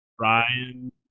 Ryan